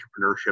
entrepreneurship